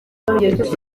yagize